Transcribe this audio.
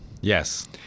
Yes